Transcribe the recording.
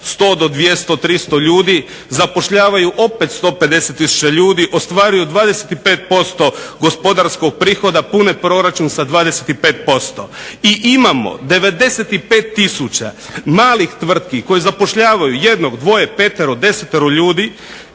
100 do 200, 300 ljudi, zapošljavaju opet 150 tisuća ljudi, ostvaruju 25% gospodarskog prihoda, pune proračun sa 25%. I imamo 95 tisuća malih tvrtki koje zapošljavaju 1, 2, 5, 10 ljudi,